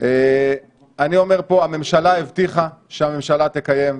אני אומר פה שהממשלה הבטיחה שהממשלה תקיים,